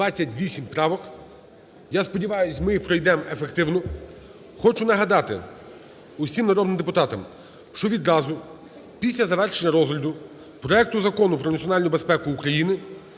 Я сподіваюсь, ми їх пройдемо ефективно. Хочу нагадати всім народним депутатам, що відразу після завершення розгляду проекту Закону про національну безпеку України